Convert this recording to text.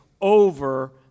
over